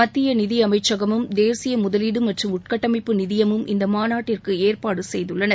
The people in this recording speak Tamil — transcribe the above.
மத்திய நிதியமைச்சகமும் தேசிய முதலீடு மற்றும் உள்கட்டமைப்பு நிதியமும் இந்த மாநாட்டிற்கு ஏற்பாடு செய்துள்ளன